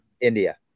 India